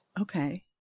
Okay